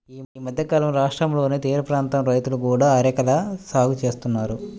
ఈ మధ్యకాలంలో రాష్ట్రంలోని తీరప్రాంత రైతులు కూడా అరెకల సాగు చేస్తున్నారు